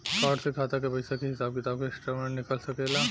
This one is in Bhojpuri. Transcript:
कार्ड से खाता के पइसा के हिसाब किताब के स्टेटमेंट निकल सकेलऽ?